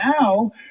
Now